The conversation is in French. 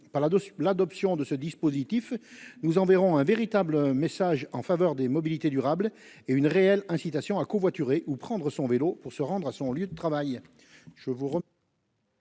de l'adoption de ce dispositif, nous enverrons un véritable message en faveur des mobilités durables et une réelle incitation à covoiturer ou prendre son vélo pour se rendre à son lieu de travail,